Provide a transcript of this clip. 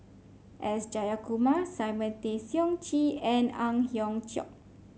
S Jayakumar Simon Tay Seong Chee and Ang Hiong Chiok